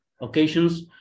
occasions